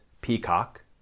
peacock